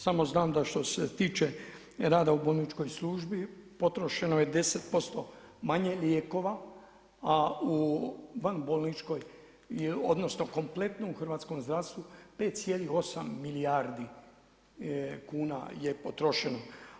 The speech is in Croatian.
Samo znam, da što se tiče rada u bolničkoj službi, potrošeno je 10% manje lijekova, a u bolničkoj, odnosno, kompletno u hrvatskom zdravstvu, 5,8 milijardi kuna je potrošeno.